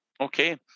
Okay